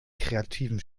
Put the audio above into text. kreativen